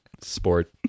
sport